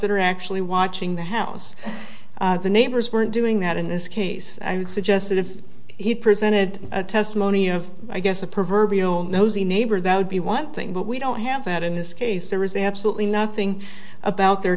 that are actually watching the house the neighbors weren't doing that in this case i would suggest that if he presented a testimony of i guess a proverbial nosy neighbor that would be one thing but we don't have that in this case there is absolutely nothing about their